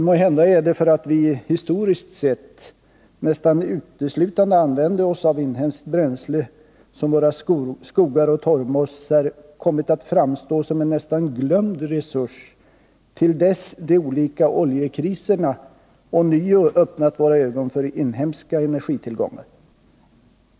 Måhända är det för att vi, historiskt sett, nästan uteslutande använt oss av inhemskt bränsle, som våra skogar och torvmossar kommit att framstå som en nästan glömd resurs, till dess de olika oljekriserna ånyo öppnat våra ögon för inhemska energitillgångar.